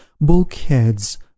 bulkheads